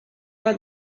bat